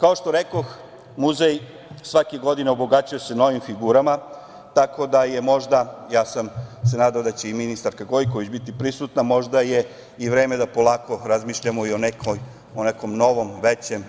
Kao što rekoh, muzej svake godine obogaćuje se novim figurama, tako da, ja sam se nadao da će i ministarka Gojković biti prisutna, možda je i vreme da polako razmišljamo i o nekom novom, većem